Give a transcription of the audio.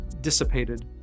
dissipated